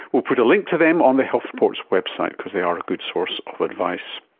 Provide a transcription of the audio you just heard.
we'll put a link to them on the health report's website because they are a good source of advice.